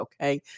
Okay